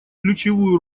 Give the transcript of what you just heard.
ключевую